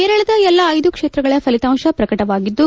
ಕೇರಳದ ಎಲ್ಲಾ ಐದು ಕ್ಷೇತ್ರಗಳ ಫಲಿತಾಂಶ ಪ್ರಕಟವಾಗಿದ್ದು